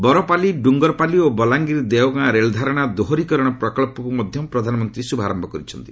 ବରପାଲୀ ଡୁଙ୍ଗରପାଲି ଓ ବଲାଙ୍ଗୀର ଦେଓଗାଁ ରେଳଧାରଣା ଦୋହରୀକରଣ ପ୍ରକଳ୍ପକ୍ତ୍ ମଧ୍ୟ ପ୍ରଧାନମନ୍ତ୍ରୀ ଶୁଭାରମ୍ଭ କରିଛନ୍ତି